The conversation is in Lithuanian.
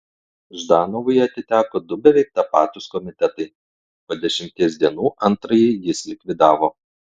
ždanovui atiteko du beveik tapatūs komitetai po dešimties dienų antrąjį jis likvidavo